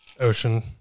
ocean